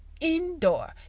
indoor